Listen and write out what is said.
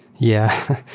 yeah.